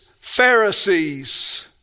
Pharisees